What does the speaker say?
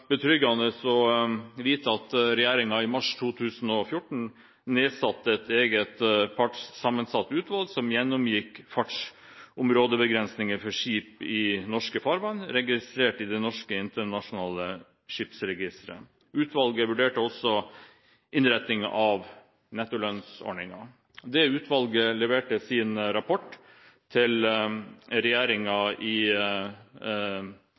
betryggende å vite at regjeringen i mars 2014 nedsatte et eget partssammensatt utvalg som gjennomgikk fartsområdebegrensninger for skip i norske farvann registrert i Norsk Internasjonalt Skipsregister. Utvalget vurderte også innretningen av nettolønnsordningen. Det utvalget leverte sin rapport til regjeringen i